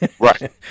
Right